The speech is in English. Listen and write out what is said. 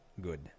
good